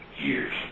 years